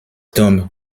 dumb